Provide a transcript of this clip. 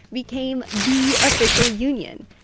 became the official union.